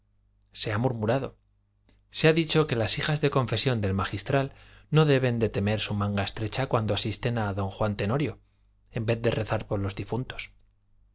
se ha murmurado se ha dicho que las hijas de confesión del magistral no deben de temer su manga estrecha cuando asisten al don juan tenorio en vez de rezar por los difuntos